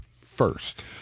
first